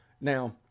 Now